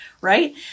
right